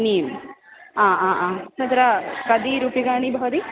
neem आ आ आ तत्र कति रूप्यकाणि भवति